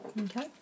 Okay